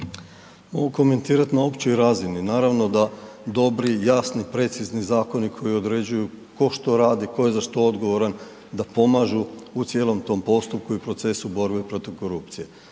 Mogu komentirati na općoj razini. Naravno da dobri, jasni, precizni zakoni koji određuju tko što radi, tko je za što odgovoran, da pomažu u cijelom tom postupku i procesu borbe protiv korupcije.